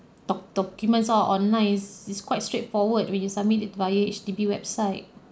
doc~ documents all online is is quite straightforward when you submit via H_D_B website